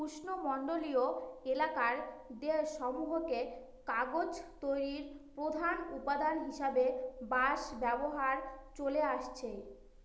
উষ্ণমন্ডলীয় এলাকার দেশসমূহে কাগজ তৈরির প্রধান উপাদান হিসাবে বাঁশ ব্যবহার চলে আসছে